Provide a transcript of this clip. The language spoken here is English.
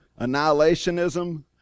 Annihilationism